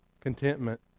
Contentment